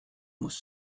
muss